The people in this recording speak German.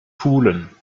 pulen